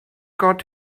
got